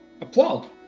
applaud